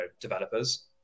developers